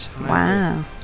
wow